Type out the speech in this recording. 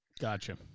Gotcha